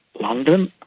london,